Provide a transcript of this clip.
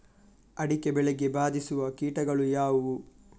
ಅಡಿಕೆ ಬೆಳೆಗೆ ಬಾಧಿಸುವ ಕೀಟಗಳು ಯಾವುವು?